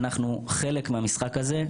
אנחנו חלק מהמשחק הזה,